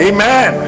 Amen